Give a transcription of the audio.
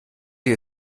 sie